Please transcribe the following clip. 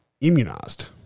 immunized